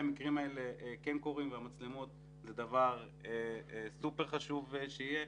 המקרים האלה כן קורים והמצלמות זה דבר סופר חשוב שיהיה.